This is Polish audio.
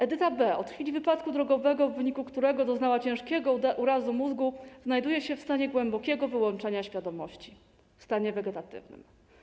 Edyta B. od chwili wypadku drogowego, w wyniku którego doznała ciężkiego urazu mózgu, znajduje się w stanie głębokiego wyłączenia świadomości, w stanie wegetatywnym.